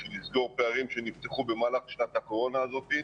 בשביל לסגור פערים שנפתחו במהלך שנת הקורונה הזאת,